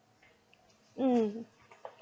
mm